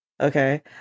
Okay